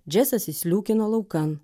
džesas išsliūkino laukan